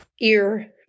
ear